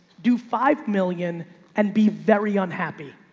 do five million and be very unhappy.